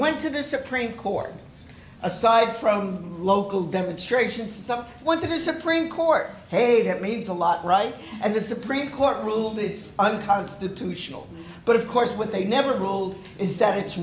went to the supreme court aside from local demonstrations some went to the supreme court hey that means a lot right and the supreme court ruled that it's unconstitutional but of course what they never rolled is that it's